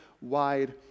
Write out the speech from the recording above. wide